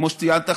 כמו שציינת,